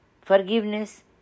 forgiveness